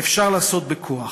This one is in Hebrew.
אפשר לעשות בכוח.